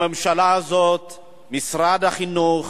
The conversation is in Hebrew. הממשלה הזאת, משרד החינוך,